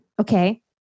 Okay